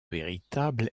véritable